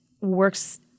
works